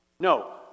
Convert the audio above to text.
No